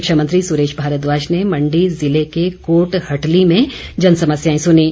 शिक्षा मंत्री सुरेश भारद्वाज ने मण्डी ज़िले के कोट हटली में जन समस्याएं सुनीं